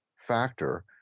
factor